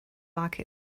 like